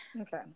Okay